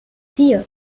vier